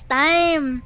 time